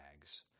Bags